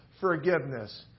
forgiveness